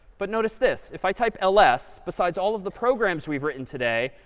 but notice this, if i type ls, besides all of the programs we've written today,